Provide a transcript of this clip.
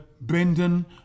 Brendan